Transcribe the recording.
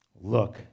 Look